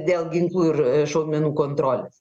dėl ginklų ir šaudmenų kontrolės